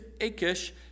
Achish